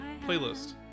playlist